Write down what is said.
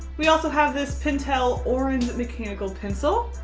we also have this pentel orenz mechanical pencil.